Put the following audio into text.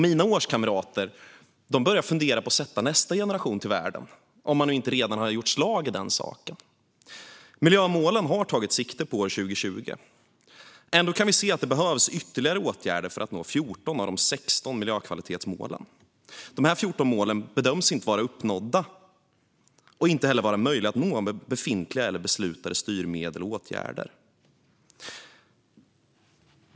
Mina årskamrater börjar fundera på att sätta nästa generation till världen - om de inte redan har gjort slag i saken. Miljömålen har tagit sikte på år 2020. Ändå kan vi se att det behövs ytterligare åtgärder för att nå 14 av de 16 miljökvalitetsmålen. Dessa 14 mål bedöms inte vara uppnådda och inte heller vara möjliga att nå med befintliga eller beslutade styrmedel och åtgärder.